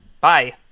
Bye